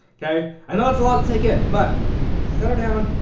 ok? i know it's a lot to take in but settle down,